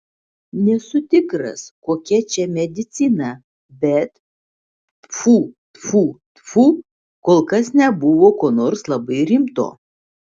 nesu tikras kokia čia medicina bet tfu tfu tfu kol kas nebuvo ko nors labai rimto